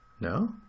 No